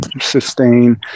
Sustain